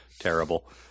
terrible